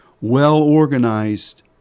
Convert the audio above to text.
well-organized